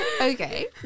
Okay